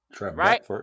Right